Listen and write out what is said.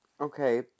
Okay